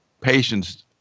patients